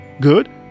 Good